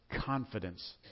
confidence